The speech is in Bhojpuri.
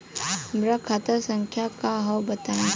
हमार खाता संख्या का हव बताई?